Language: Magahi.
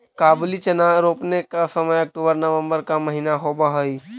काबुली चना रोपने का समय अक्टूबर नवंबर का महीना होवअ हई